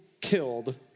killed